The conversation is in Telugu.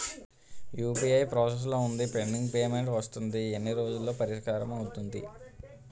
యు.పి.ఐ ప్రాసెస్ లో వుంది పెండింగ్ పే మెంట్ వస్తుంది ఎన్ని రోజుల్లో పరిష్కారం అవుతుంది